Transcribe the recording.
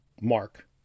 Mark